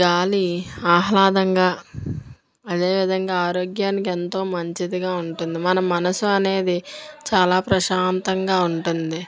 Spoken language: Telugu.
గాలి ఆహ్లాదంగా అదే విధంగా ఆరోగ్యానికి ఎంతో మంచిదిగా ఉంటుంది మన మనసు అనేది చాలా ప్రశాంతంగా ఉంటుంది